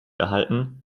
erhalten